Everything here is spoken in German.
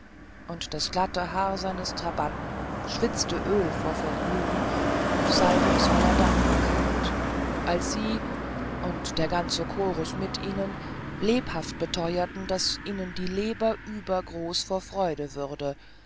und das glatte haar seines trabanten schwitzte öl vor vergnügen und salbungsvoller dankbarkeit als sie und der ganze chorus mit ihnen lebhaft beteuerten daß ihnen die leber übergroß vor freude würde